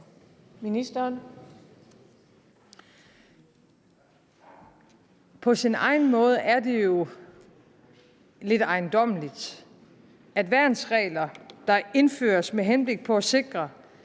På sin egen måde er det jo lidt ejendommeligt, at værnsregler, der indføres med henblik på at sikre,